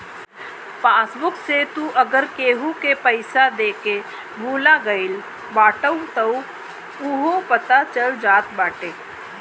passbook से तू अगर केहू के पईसा देके भूला गईल बाटअ तअ उहो पता चल जात बाटे